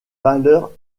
valeurs